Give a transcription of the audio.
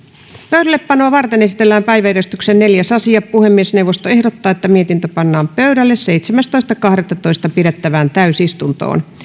pöydällepanoa varten esitellään päiväjärjestyksen neljäs asia puhemiesneuvosto ehdottaa että mietintö pannaan pöydälle seitsemästoista kahdettatoista kaksituhattakahdeksantoista pidettävään täysistuntoon